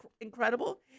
incredible